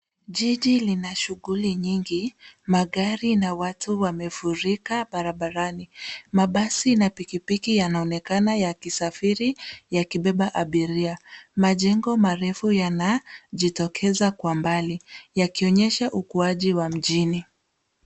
Jiji lina shuguli nyingi, magari na watu wamefurika barabarani, mabasi na pikipiki yanaonekana ya kisafiri yakibeba abiria, majengo marefu yanajitokeza kwa mbali, yakionyesha ukuwaji wa mjini.